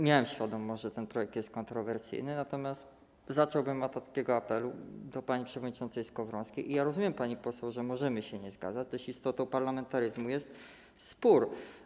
Miałem świadomość, że ten projekt jest kontrowersyjny, natomiast zacząłbym od apelu do pani przewodniczącej Skowrońskiej: rozumiem, pani poseł, że możemy się nie zgadzać, lecz istotą parlamentaryzmu jest spór.